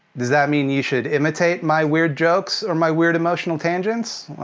does that mean you should imitate my weird jokes, or my weird emotional tangents?